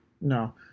no